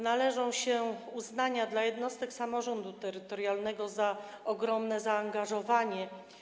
Należy się uznanie jednostkom samorządu terytorialnego za ogromne zaangażowanie.